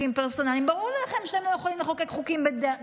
ברור לכם שאתם לא יכולים לחוקק חוקים פרסונליים,